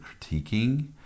critiquing